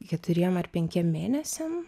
keturiem ar penkiem mėnesiam